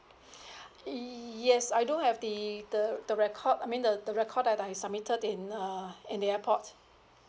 yes I do have the the the record I mean the the record that I submitted in err in the airport